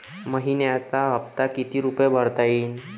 मइन्याचा हप्ता कितीक रुपये भरता येईल?